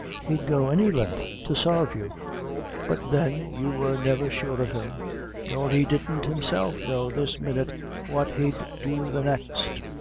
he'd go any lin'th to sarve you but, then, you were never sure of him nor he didn't himself know this minute what he'd do the next.